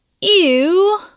Ew